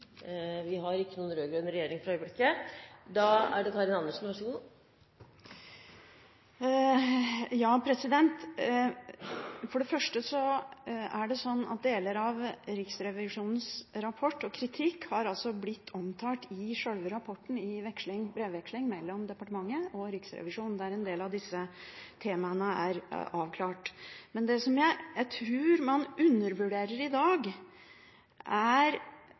Vi har ingen rød-grønn regjering for øyeblikket. For det første så har altså deler av Riksrevisjonens rapport – og kritikk – blitt omtalt i selve rapporten, i brevveksling mellom departementet og Riksrevisjonen, der en del av disse temaene er avklart. Men det jeg tror man undervurderer i dag, er